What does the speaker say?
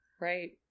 Right